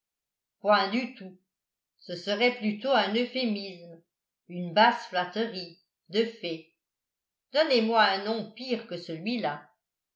point du tout ce serait plutôt un euphémisme une basse flatterie de fait donnez-moi un nom pire que celui-là